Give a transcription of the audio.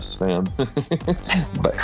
fam